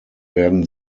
werden